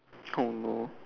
oh no